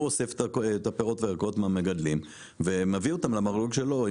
הוא אוסף את הפירות והירקות מהמגדלים ומבי אותם ישירות למרלו"ג שלו.